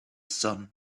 sun